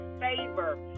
favor